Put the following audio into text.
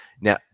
Now